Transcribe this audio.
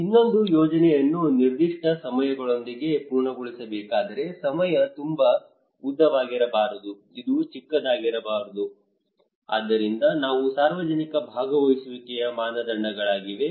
ಇನ್ನೊಂದು ಯೋಜನೆಯನ್ನು ನಿರ್ದಿಷ್ಟ ಸಮಯದೊಳಗೆ ಪೂರ್ಣಗೊಳಿಸಬೇಕಾದರೆ ಸಮಯ ತುಂಬಾ ಉದ್ದವಾಗಿರಬಾರದು ತುಂಬಾ ಚಿಕ್ಕದಾಗಿರಬಾರದು ಆದ್ದರಿಂದ ಇವು ಸಾರ್ವಜನಿಕ ಭಾಗವಹಿಸುವಿಕೆಯ ಮಾನದಂಡಗಳಾಗಿವೆ